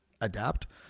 adapt